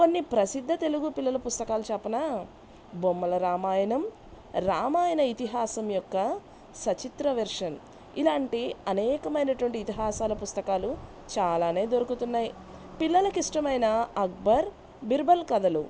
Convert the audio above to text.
కొన్ని ప్రసిద్ధ తెలుగు పిల్లల పుస్తకాలు చెప్పనా బొమ్మల రామాయణం రామాయణ ఇతిహాసం యొక్క సచిత్ర వర్షన్ ఇలాంటి అనేకమైనటువంటి ఇతిహాసాల పుస్తకాలు చాలానే దొరుకుతున్నాయి పిల్లలకి ఇష్టమైన అక్బర్ బీర్బల్ కథలు